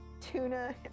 tuna